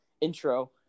intro